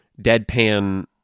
deadpan